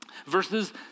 Verses